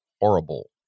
horrible